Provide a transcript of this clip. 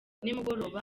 nimugoroba